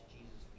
Jesus